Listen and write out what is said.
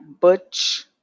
butch